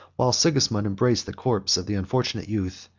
while sigismond embraced the corpse of the unfortunate youth,